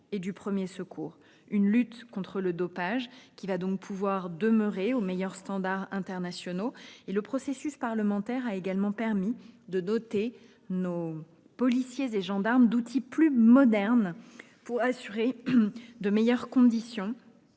et du premier secours ; une lutte contre le dopage qui demeurera aux meilleurs standards internationaux. Le processus parlementaire a également permis de doter nos policiers et gendarmes d'outils plus modernes pour assurer de meilleures conditions